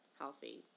healthy